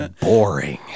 boring